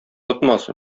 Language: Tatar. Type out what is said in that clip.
тотмас